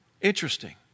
Interesting